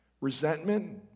Resentment